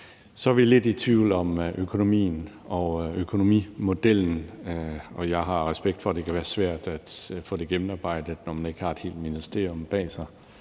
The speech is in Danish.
Så er vi lidt i tvivl om økonomien og økonomimodellen, og jeg har respekt for, at det kan være svært at få det gennemarbejdet, når man ikke har et helt ministerium bag sig